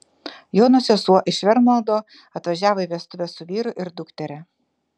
jono sesuo iš vermlando atvažiavo į vestuves su vyru ir dukteria